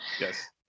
Yes